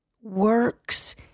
works